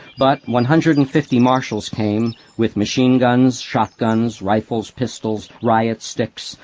but one hundred and fifty marshals came, with machine guns, shotguns, rifles, pistols, riot sticks,